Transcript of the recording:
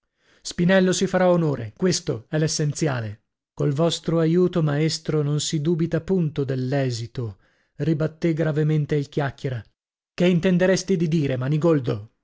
spinello si farà onore questo è l'essenziale col vostro aiuto maestro non si dubita punto dell'esito ribattè gravemente il chiacchiera che intenderesti di dire manigoldo quello che